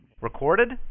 Recorded